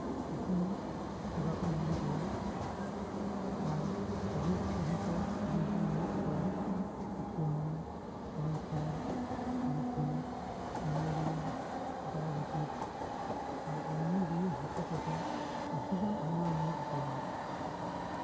ᱟᱹᱰᱤ ᱢᱚᱸᱡ ᱥᱮᱵᱟ ᱠᱚ ᱧᱟᱢ ᱜᱮᱭᱟ ᱟᱨ ᱨᱳᱜ ᱠᱚᱫᱚ ᱟᱢᱫᱟ ᱢᱮᱱᱟᱜ ᱜᱮᱭᱟ ᱡᱮᱢᱚᱱ ᱠᱮᱱᱥᱟᱨ ᱴᱤᱵᱷᱤ ᱢᱮᱞᱮᱨᱤᱭᱟ ᱰᱟᱭᱵᱮᱴᱤᱥ ᱟᱨ ᱮᱢᱱᱤ ᱨᱩᱣᱟᱹ ᱦᱟᱥᱩ ᱠᱚᱫᱚ ᱟᱹᱰᱤᱜᱟᱱ ᱟᱭᱢᱟ ᱢᱮᱱᱟᱜ ᱜᱮᱭᱟ